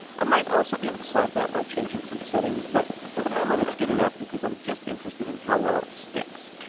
i might also be able to solve that by changing some settings, but for the moment it is good enough because i am just interested in how well it sticks.